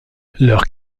leur